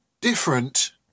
different